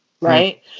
right